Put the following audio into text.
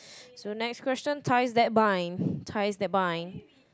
so next question ties that bind ties that bind